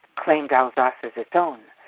claimed alsace as its own.